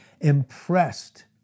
impressed